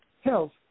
health